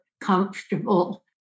comfortable